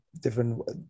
different